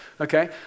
Okay